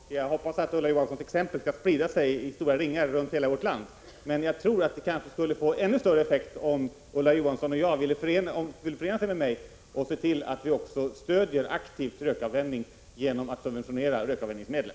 Herr talman! Det gläder mig. Jag hoppas att Ulla Johanssons exempel skall sprida sig som ringar på vattnet runt hela vårt land. Jag tror att det skulle kunna få ännu större effekt om Ulla Johansson ville förena sig med mig och se till att vi också aktivt stöder rökavvänjning genom att subventionera rökavvänjningsmedel.